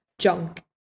junk